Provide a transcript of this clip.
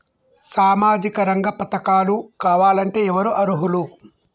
సామాజిక రంగ పథకాలు కావాలంటే ఎవరు అర్హులు?